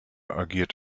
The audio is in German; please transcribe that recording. agiert